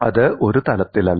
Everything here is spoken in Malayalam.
അത് ഒരു തലത്തിലല്ല